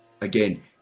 again